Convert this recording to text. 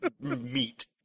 meat